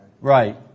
Right